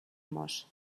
mos